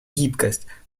гибкость